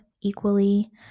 equally